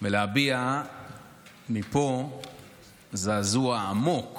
ולהביע מפה זעזוע עמוק